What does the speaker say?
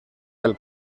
del